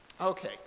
Okay